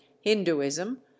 Hinduism